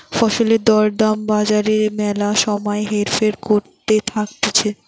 ফসলের দর দাম বাজারে ম্যালা সময় হেরফের করতে থাকতিছে